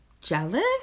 jealous